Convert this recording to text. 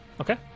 Okay